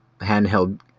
handheld